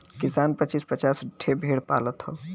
किसान पचीस पचास ठे भेड़ पालत हौ